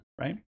right